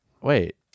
Wait